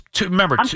remember